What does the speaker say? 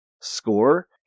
score